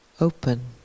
Open